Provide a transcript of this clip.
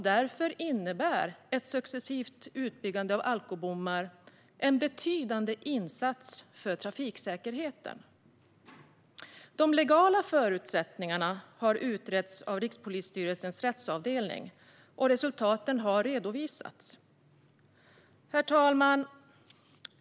Därför innebär en successiv utbyggnad av alkobommar en betydande insats för trafiksäkerheten. De legala förutsättningarna har utretts av Rikspolisstyrelsens rättsavdelning, och resultaten har redovisats. Herr talman!